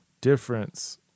Difference